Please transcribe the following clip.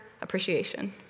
appreciation